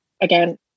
again